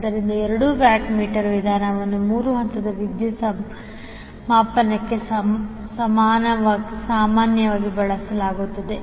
ಆದ್ದರಿಂದ ಎರಡು watt meter ವಿಧಾನವನ್ನು ಮೂರು ಹಂತದ ವಿದ್ಯುತ್ ಮಾಪನಕ್ಕಾಗಿ ಸಾಮಾನ್ಯವಾಗಿ ಬಳಸಲಾಗುತ್ತದೆ